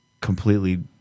completely